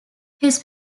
his